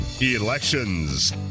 Elections